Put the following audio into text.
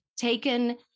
taken